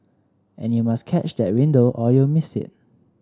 and you must catch that window or you'll miss it